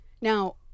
Now